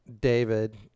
David